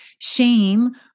shame